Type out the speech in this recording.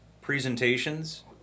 presentations